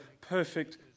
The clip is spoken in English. perfect